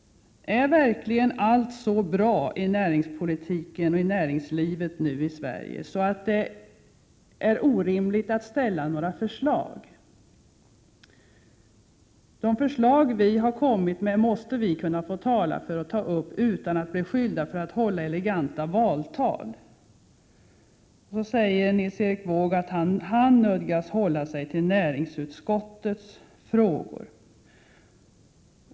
Är verkligen nu allt så bra i näringspolitiken och i näringslivet i Sverige att det är orimligt att ställa några förslag? De förslag vi har kommit med måste vi få tala för och debattera utan att bli beskyllda för att hålla eleganta valtal. Nils Erik Wååg säger att han nödgas hålla sig till näringsutskottets frågor.